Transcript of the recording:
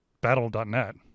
Battle.net